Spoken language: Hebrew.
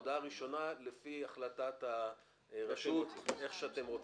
הודעה ראשונה לפי החלטת הרשות, איך שאתם רוצים.